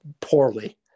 poorly